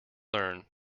learn